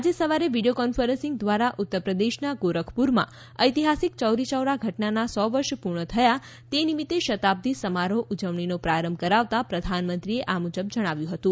આજે સવારે video conferencing દ્વારા ઉત્તરપ્રદેશના ગોરખપુરમાં ઐતિહાસિક ચૌરી ચૌરા ઘટનાના સો વર્ષ પુર્ણ થયા તે નિમિત્તે શતાબ્દી સમારોહ ઉજવણીનો પ્રારંભ કરાવતા પ્રધાનમંત્રીએ આ મુજબ જણાવ્યું હતું